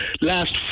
Last